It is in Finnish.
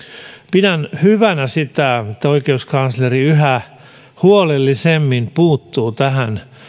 pidän hyvänä sitä että oikeuskansleri yhä huolellisemmin puuttuu tähän